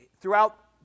throughout